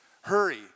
Hurry